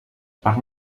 parc